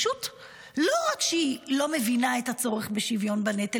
לא רק שהיא לא מבינה את הצורך בשוויון בנטל